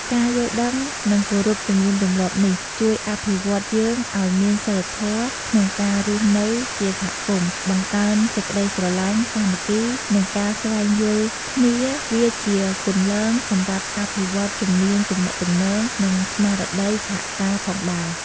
ការយល់ដឹង និងគោរពទំនៀមទម្លាប់នេះជួយអភិវឌ្ឍន៍យើងឲ្យមានសីលធម៌ក្នុងការរស់នៅជាសហគមន៍ បង្កើនសេចក្តីស្រឡាញ់ សាមគ្គី និងការស្វែងយល់គ្នា វាជាគន្លងសម្រាប់អភិវឌ្ឍជំនាញទំនាក់ទំនង និងស្មារតីសហការផងដែរ។